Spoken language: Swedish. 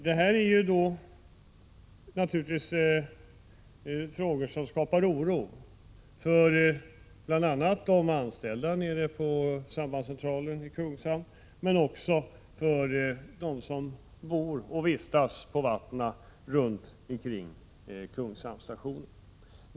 Det här skapar naturligtvis oro för de anställda på sambandscentralen i Kungshamn men också för dem som bor och vistas på vattnen runt omkring Kungshamnsstationen.